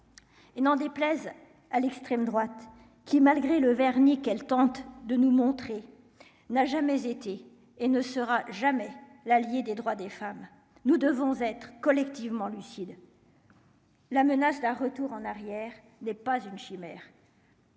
Et n'en déplaise à l'extrême droite qui malgré le vernis qu'elle tente de nous montrer n'a jamais été et ne sera jamais l'allié des droits des femmes, nous devons être collectivement lucide. La menace d'un retour en arrière n'est pas une chimère.